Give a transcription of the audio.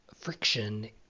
friction